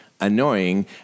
annoying